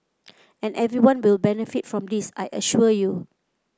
and everyone will benefit from this I assure you